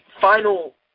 final